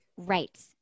Right